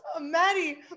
Maddie